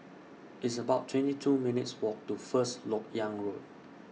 It's about twenty two minutes' Walk to First Lok Yang Road